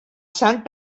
sant